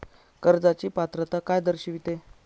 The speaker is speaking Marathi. कर्जाची पात्रता काय दर्शविते?